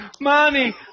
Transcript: mommy